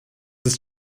ist